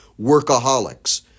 workaholics